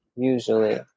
usually